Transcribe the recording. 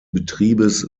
betriebes